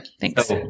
thanks